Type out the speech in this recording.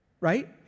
right